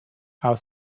our